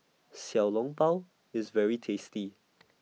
Xiao Long Bao IS very tasty